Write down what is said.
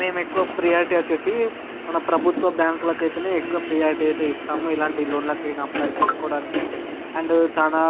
మేము ఎక్కువ ప్రియార్టీ వచ్చేసి మన ప్రభుత్వ బ్యాంకులకైతేనే ఎక్కువ ప్రియార్టీ అయితే ఇస్తాము ఇలాంటి ఇలాంటి లోన్లకి అయినా అప్లై చేసుకోవడానికి అండ్ చాలా